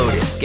Get